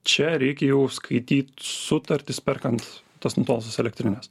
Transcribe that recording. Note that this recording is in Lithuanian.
čia reikia jau skaityt sutartis perkant tas nutolusias elektrines